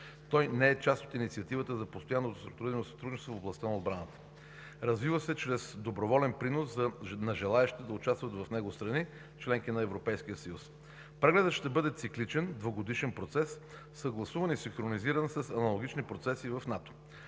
Той не е част от инициативата за постоянното сътрудничество в областта на отбраната. Развива се чрез доброволен принос на желаещите да участват в него страни – членки на Европейския съюз. Прегледът ще бъде цикличен двугодишен процес, съгласуван и синхронизиран с аналогични процеси в НАТО.